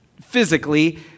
physically